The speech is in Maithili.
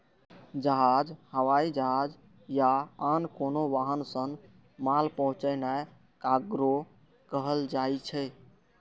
जहाज, हवाई जहाज या आन कोनो वाहन सं माल पहुंचेनाय कार्गो कहल जाइ छै